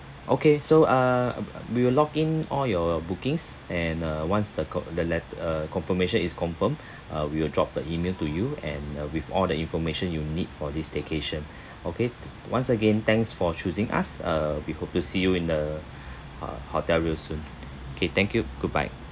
okay so uh we will lock in all your bookings and uh once the co~ the let~ uh confirmation is confirmed uh we will drop a email to you and with all the information you need for this staycation okay once again thanks for choosing us uh we hope to see you in the uh hotel real soon okay thank you goodbye